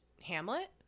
Hamlet